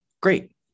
great